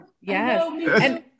Yes